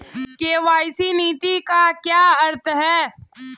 KYC नीति का क्या अर्थ है?